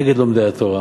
נגד לומדי התורה